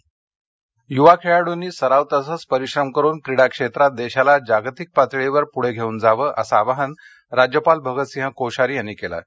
राज्यपाल सोलापर युवा खेळाडूंनी सराव तसंच परिश्रम करून क्रीडा क्षेत्रात देशाला जागतिक पातळीवर पुढे घेऊन जावं असं आवाहन राज्यपाल भगतसिंह कोश्यारी यांनी केलं आहे